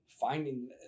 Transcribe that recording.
finding